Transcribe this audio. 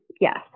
Yes